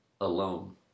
Alone